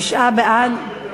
תשעה בעד,